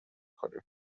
کنیم